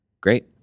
Great